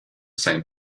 same